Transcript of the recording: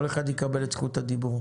כל אחד יקבל את זכות הדיבור.